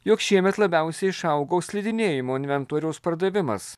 jog šiemet labiausiai išaugo slidinėjimo inventoriaus pardavimas